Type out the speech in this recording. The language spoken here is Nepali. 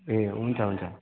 ए हुन्छ हुन्छ